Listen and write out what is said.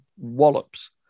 wallops